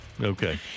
Okay